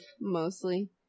Mostly